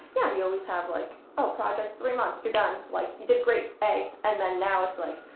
yeah you always have like ah project, three months, you're done. like, you did great, a. and then now it's like,